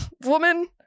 woman